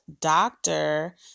doctor